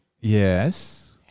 Yes